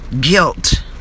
guilt